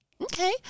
Okay